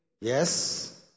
Yes